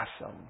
awesome